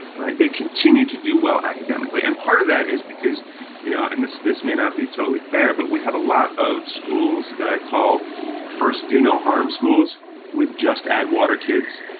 they continue to do well academically and part of that is because you know and this this may not be totally fair but we have a lot of schools that i call first do no harm schools with just add water kids.